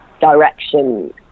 direction